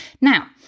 Now